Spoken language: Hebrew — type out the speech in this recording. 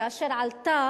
כאשר עלתה